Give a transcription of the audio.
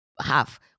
half